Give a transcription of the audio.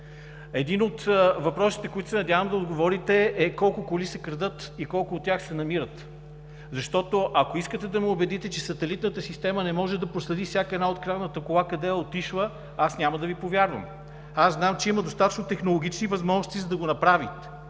Един от въпросите, на които се надявам да отговорите е: колко коли се крадат и колко от тях се намират? Защото ако искате да ме убедите, че сателитната система не може да проследи къде е отишла всяка една открадната кола, аз няма да Ви повярвам. Знам, че има достатъчно технологични възможности, за да го направите,